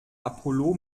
apollo